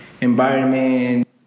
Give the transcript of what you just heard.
environment